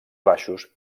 baixos